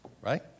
right